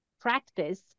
practice